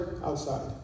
outside